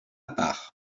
part